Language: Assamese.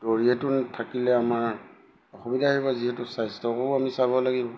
দৌৰিয়েটো থাকিলে আমাৰ অসুবিধা আহিব যিহেতু স্বাস্থ্যকো আমি চাব লাগিব